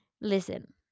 listen